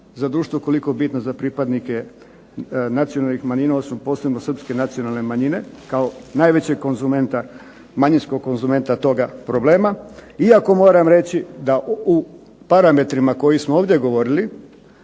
za društvo koliko bitna za pripadnike nacionalnih manjina, odnosno posebno srpske nacionalne manjine, kao najvećeg konzumenta manjinskog konzumenta toga problema, iako moram reći da u parametrima o kojima smo ovdje govorili,